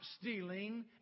stealing